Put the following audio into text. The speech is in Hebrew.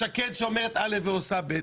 שקד שאומרת א' ועושה ב'.